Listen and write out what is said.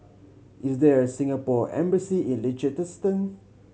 is there a Singapore Embassy in Liechtenstein